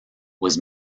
was